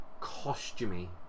costumey